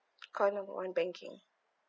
call number one banking